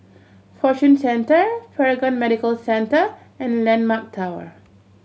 Fortune Centre Paragon Medical Centre and Landmark Tower